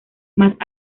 más